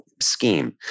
scheme